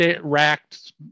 racked